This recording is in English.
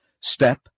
Step